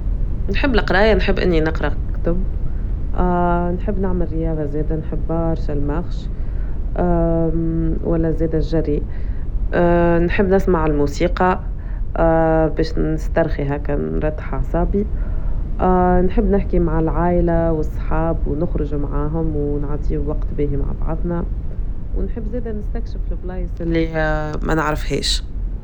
نحب القراية نحب إني نقرأ كتب نحب نعمل رياضة زيادة نحب بااااارشا الماغش ولا زيادة الجري نحب نسمع الموسيقى بيش نسترخي هكا نرتح أعصابي نحب نحكي مع العائلة والصحاب ونخرج معاهم ونعطيهم وقت باهي مع بعضنا ونحب زيادة نستكشف البلايس اللي ما نعرفهاش.